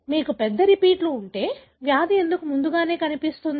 మీకు పెద్ద రిపీట్లు ఉంటే వ్యాధి ఎందుకు ముందుగానే కనిపిస్తుంది